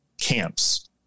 camps